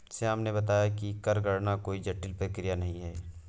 श्याम ने बताया कि कर गणना कोई जटिल प्रक्रिया नहीं है